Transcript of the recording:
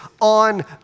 on